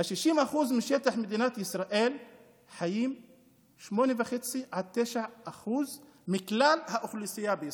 ב-60% משטח מדינת ישראל חיים 8.5% 9% מכלל האוכלוסייה בישראל.